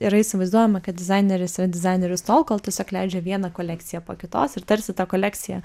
yra įsivaizduojama kad dizaineris yra dizaineris tol kol tiesiog leidžia vieną kolekciją po kitos ir tarsi ta kolekcija